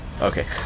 Okay